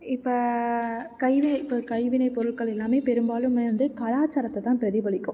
இப்போ கைவினை இப்போ கைவினை பொருட்கள் எல்லாமே பெரும்பாலுமே வந்து கலாச்சாரத்தை தான் பிரதிபலிக்கும்